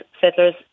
settlers